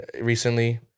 recently